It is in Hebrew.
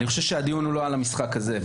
בעיניי המשחק הוא לא הנושא של הדיון הזה.